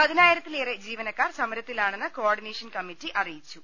പതിനായിരത്തി ലേറെ ജീവനക്കാർ സമരത്തിലാണെന്ന് കോ ഓർഡിനേ ഷൻ കമ്മറ്റി അറിയിച്ചു